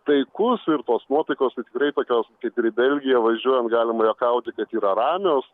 taikus ir tos nuotaikos tai tikrai tokios kaip ir į belgiją važiuojant galima juokauti kad yra ramios